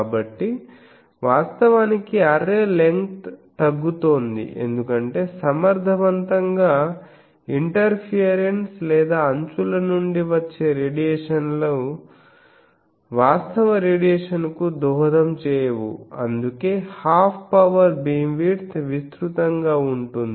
కాబట్టివాస్తవానికి array length తగ్గుతోంది ఎందుకంటే సమర్థవంతంగా ఇంటర్ఫియరెన్స్ లేదా అంచుల నుండి వచ్చే రేడియేషన్లు వాస్తవ రేడియేషన్కు దోహదం చేయవు అందుకే హాఫ్ పవర్ బీమ్విడ్త్ విస్తృతంగా ఉంటుంది